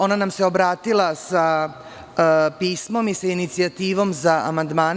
Ona nam se obratila sa pismom i sa inicijativom za amandmane.